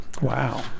Wow